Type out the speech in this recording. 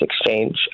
exchange